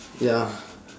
ya